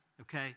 Okay